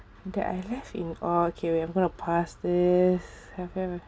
that I left in awe okay wait I'm going to pass this